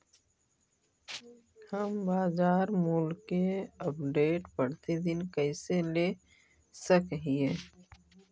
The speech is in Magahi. हम बाजार मूल्य के अपडेट, प्रतिदिन कैसे ले सक हिय?